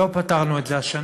לא פתרנו את זה השנה,